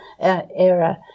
era